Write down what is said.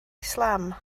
islam